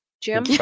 Jim